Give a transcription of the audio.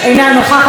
אינה נוכחת,